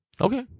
Okay